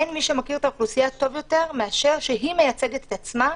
אין מי שמכיר את האוכלוסייה טוב יותר ממה שהיא מייצגת את עצמה.